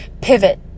pivot